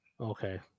okay